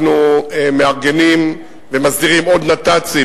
אנחנו מארגנים ומסדירים עוד נת"צים,